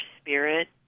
spirit